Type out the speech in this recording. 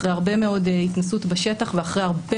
אחרי הרבה מאוד התנסות בשטח ואחרי הרבה